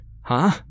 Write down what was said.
Huh